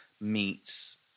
meats